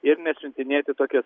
ir nesiuntinėti tokias